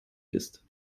bist